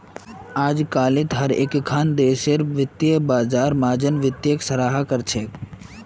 अजकालित हर एकखन देशेर वित्तीय बाजार मार्जिन वित्तक सराहा कर छेक